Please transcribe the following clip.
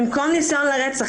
במקום ניסיון לרצח,